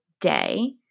day